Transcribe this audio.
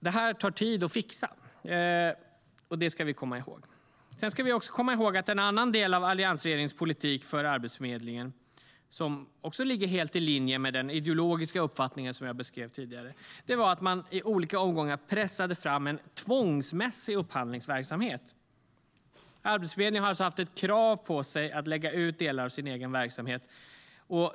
Det här tar tid att fixa, och det ska vi komma ihåg. En annan del av Alliansregeringens politik för Arbetsförmedlingen, som ligger helt i linje med den ideologiska uppfattning som jag beskrev tidigare, var att man i olika omgångar pressade fram en tvångsmässig upphandlingsverksamhet. Arbetsförmedlingen har alltså haft ett krav på sig att lägga ut delar av sin egen verksamhet.